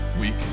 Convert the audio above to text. week